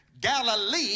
Galilee